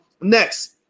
Next